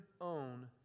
own